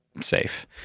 safe